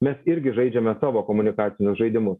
mes irgi žaidžiame tavo komunikacinius žaidimus